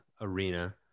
arena